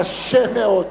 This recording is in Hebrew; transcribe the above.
קשה מאוד.